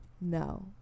No